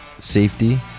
safety